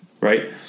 right